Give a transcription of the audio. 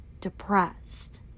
depressed